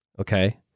Okay